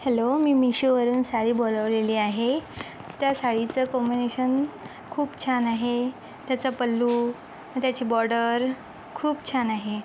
hello मी मीशो वरुन साडी बोलावलेली आहे त्या साडीचं कॉम्बिनेशन खूप छान आहे त्याचं पल्लू त्याची बॉर्डर खूप छान आहे